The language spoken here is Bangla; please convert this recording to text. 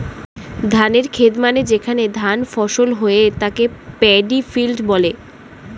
ধানের খেত মানে যেখানে ধান ফসল হয়ে তাকে প্যাডি ফিল্ড বলে